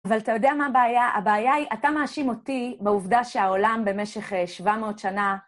אבל אתה יודע מה הבעיה? הבעיה היא, אתה מאשים אותי בעובדה שהעולם במשך 700 שנה...